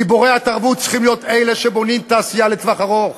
גיבורי התרבות צריכים להיות אלה שבונים תעשייה לטווח ארוך,